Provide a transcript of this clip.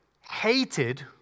hated